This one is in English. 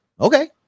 Okay